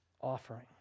offering